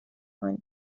کنی